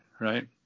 right